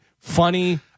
funny